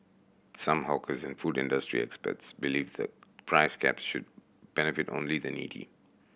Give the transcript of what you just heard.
some hawkers and food industry experts believe the price caps should benefit only the needy